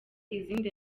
izindi